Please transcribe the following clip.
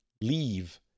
leave